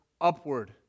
upward